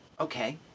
okay